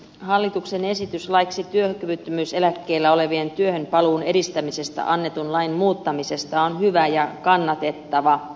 hallituksen esitys laiksi työkyvyttömyyseläkkeellä olevien työhönpaluun edistämisestä annetun lain muuttamisesta on hyvä ja kannatettava